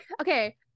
okay